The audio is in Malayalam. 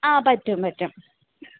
ആ പറ്റും പറ്റും